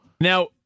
Now